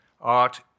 art